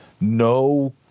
No